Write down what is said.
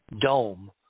dome